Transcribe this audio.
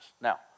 Now